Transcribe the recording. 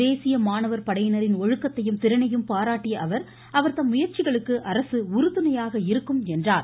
தேசிய மாணவர் படையினரின் ஒழுக்கத்தையும் திறனையும் பாராட்டிய அவர் அவர்தம் முயற்சிகளுக்கு அரசு உறுதுணையாக இருக்கும் என்றார்